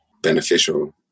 beneficial